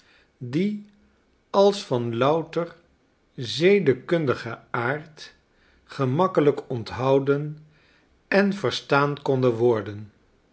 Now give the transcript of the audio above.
die als van louter zedekundigen aard gemakkelijk onthouden en verstaan konden worden